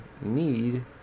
need